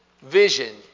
vision